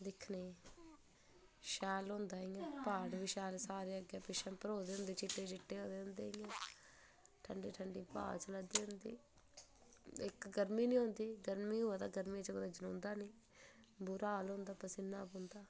दिखनै गी शैल होंदा ऐ पहाड़ बी सारे अग्गैं पिछे परोए दे होंदे चिटे चिटे ठंडी ठंडी हवा चला दी होंदी इक गर्मी निं होंदी ते गर्मी होए ते कुदै जनोंदा निं बुरा हाल होंदा पसीना ओंदा